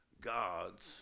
God's